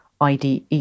IDE